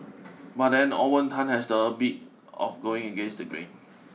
but then Owen Tan has this habit of going against the grain